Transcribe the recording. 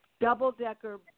double-decker